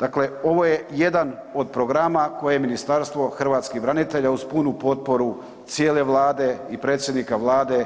Dakle ovo je jedan od programa koje je Ministarstvo hrvatskih branitelja uz punu potporu cijele Vlade i predsjednika Vlade